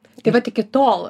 tai vat iki tol